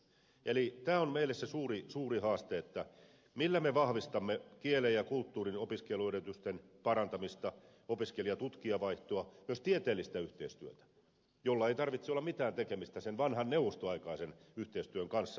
eli tämä on meille se suuri haaste millä me vahvistamme kielen ja kulttuurin opiskeluedellytysten parantamista opiskelija ja tutkijavaihtoa myös tieteellistä yhteistyötä jolla ei tarvitse olla mitään tekemistä sen vanhan neuvostoaikaisen yhteistyön kanssa